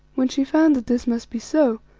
when she found that this must be so,